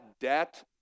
debt